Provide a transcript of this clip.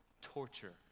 torture